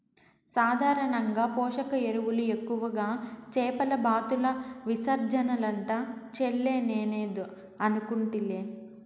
సాధారణంగా పోషక ఎరువులు ఎక్కువగా చేపల బాతుల విసర్జనలంట చెల్లే నేనేదో అనుకుంటిలే